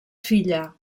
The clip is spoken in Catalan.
filla